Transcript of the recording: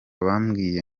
bambwiye